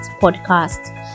podcast